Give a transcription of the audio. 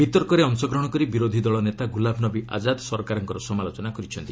ବିତର୍କରେ ଅଂଶଗ୍ରହଣ କରି ବିରୋଧୀ ଦଳ ନେତା ଗୁଲାମନବୀ ଆଜାଦ୍ ସରକାରଙ୍କର ସମାଲୋଚନା କରିଛନ୍ତି